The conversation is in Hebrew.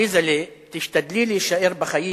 "עליזה'לה, תשתדלי להישאר בחיים.